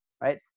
right